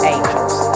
Angels